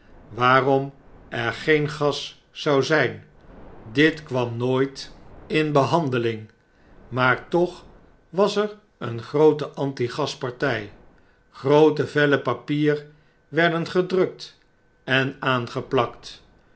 waarom er geen gas zou zyn dit kwam nooit in behandeling maar toch was er een groote anti gaspartij groote vellen papier werden gedrukt en aangeplakteen